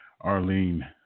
Arlene